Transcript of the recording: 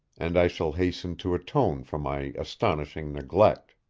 and i shall hasten to atone for my astonishing neglect.